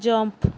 jump